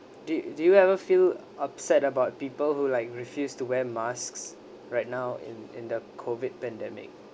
did did you ever feel upset about people who like refused to wear masks right now in in the COVID pandemic